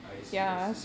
I see I see